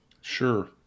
Sure